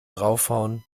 draufhauen